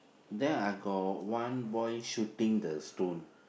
then I got one boy shooting the stone